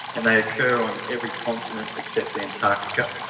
and they occur on every continent except antarctica.